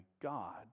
God